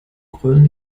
grölen